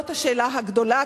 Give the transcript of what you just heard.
לא את השאלה הגדולה,